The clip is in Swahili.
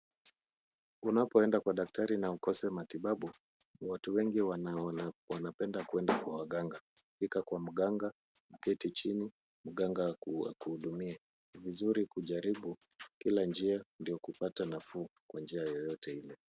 Unapoenda kwa daktari na ukose matibabu. Watu wengi wanapenda kwenda kwa waganga. Ukifika kwa mganga kuketi chini mganga akuhudumie. Ni mzuri kujaribu kila njia ndio kupata nafuu kwa njia yoyote ile.